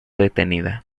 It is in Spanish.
detenida